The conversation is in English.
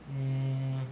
mm